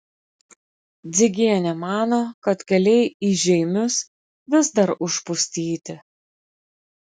dzigienė mano kad keliai į žeimius vis dar užpustyti